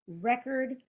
Record